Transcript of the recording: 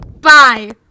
Bye